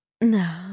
No